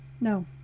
No